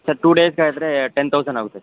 sir two ಡೇಸ್ಗೆ ಆದರೆ ten thousand ಆಗುತ್ತೆ ಸರ್